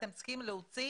אתם צריכים להוציא